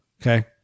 Okay